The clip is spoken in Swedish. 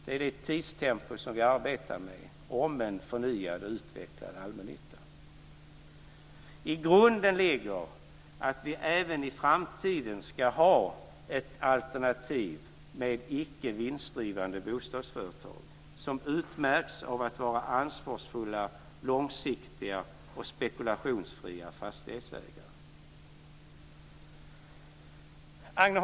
Detta är det tidstempo som vi arbetar med om en förnyad och utvecklad allmännytta. I grunden ligger att vi även i framtiden ska ha ett alternativ med icke vinstdrivande bostadsföretag som utmärks av att vara ansvarsfulla, långsiktiga och spekulationsfria fastighetsägare.